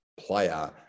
player